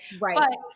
right